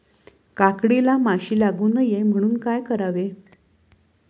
काकडीला माशी लागू नये म्हणून काय करावे?